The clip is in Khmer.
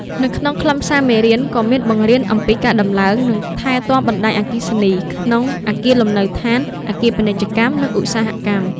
នៅក្នុងខ្លឹមសារមេរៀន ក៏មានបង្រៀនអំពីការតំឡើង និងថែទាំបណ្តាញអគ្គិសនីក្នុងអគារលំនៅឋាន អគារពាណិជ្ជកម្ម និងឧស្សាហកម្ម។